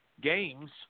games